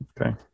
Okay